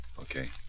Okay